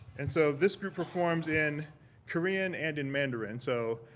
and so this group performs in korean and in mandarin. so,